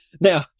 Now